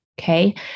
Okay